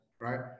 right